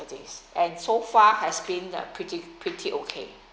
younger days and so far has been uh pretty pretty okay